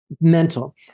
mental